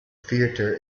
theater